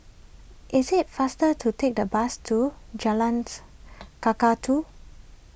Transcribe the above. is it faster to take the bus to Jalan Kakatua